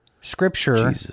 scripture